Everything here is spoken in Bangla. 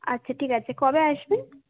আচ্ছা ঠিক আছে কবে আসবেন